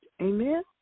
Amen